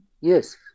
Yes